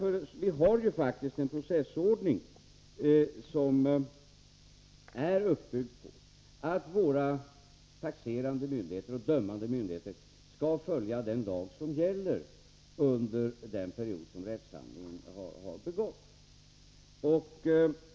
Vi har faktiskt en processordning som är uppbyggd på att våra taxerande och dömande myndigheter skall följa den lag som gäller under den period då rättshandlingen har begåtts.